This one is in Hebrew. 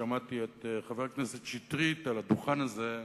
כששמעתי את חבר הכנסת שטרית על הדוכן הזה,